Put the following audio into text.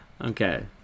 Okay